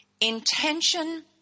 intention